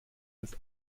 des